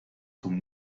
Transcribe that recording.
zum